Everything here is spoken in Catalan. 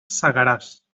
segaràs